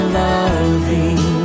loving